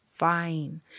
Fine